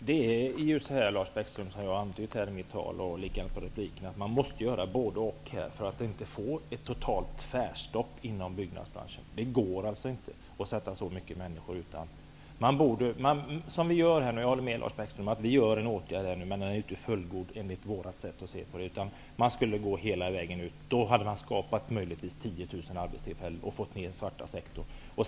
Herr talman! Som jag antydde i mitt anförande och i min replik måste man göra både--och för att det inte skall bli ett totalt tvärstopp för byggnadsbranschen. Det går inte att ställa så många människor utan jobb. Jag håller med Lars Bäckström. Vi genomför en åtgärd, men den är inte fullgod, enligt vårt sätt att se. Man skulle gå hela vägen. Då hade man möjligtvis skapat 10 000 arbetstillfällen och kunnat minska den svarta sektorn.